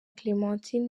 clementine